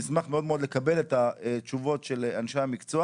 נשמח מאוד מאוד לקבל את התשובות של אנשי המקצוע